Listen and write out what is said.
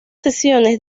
sesiones